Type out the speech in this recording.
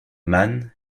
man